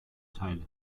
teile